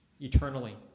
eternally